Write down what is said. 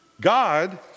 God